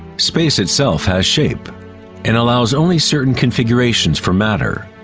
space itself has shape and allows only certain configurations for matter,